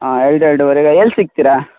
ಹಾಂ ಎರಡು ಎರಡುವರೆಗಾ ಎಲ್ಲಿ ಸಿಗ್ತೀರಾ